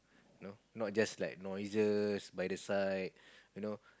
you know not just like noises by the side you know